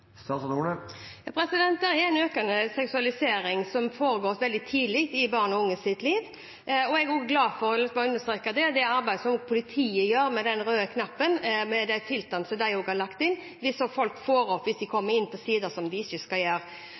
Det er en økende seksualisering som foregår veldig tidlig i barns og unges liv. Jeg er også glad for – jeg har bare lyst til å understreke det – det arbeidet som politiet gjør med den røde knappen, med de filtrene som de har lagt inn, hvis folk kommer inn på sider som de ikke skal komme inn på. Så stiller representanten spørsmål om hva vi kan gjøre